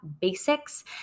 basics